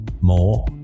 more